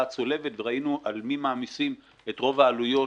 הצולבת וראינו על מי מעמיסים את רוב העלויות,